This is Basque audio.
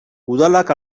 udalak